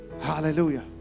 Hallelujah